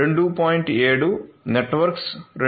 7 networks 2